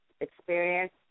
experience